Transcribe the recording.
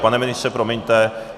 Pane ministře, promiňte.